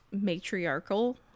matriarchal